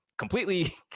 completely